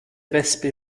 wespe